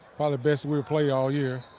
the best we'll play all year.